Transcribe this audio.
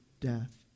death